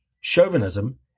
chauvinism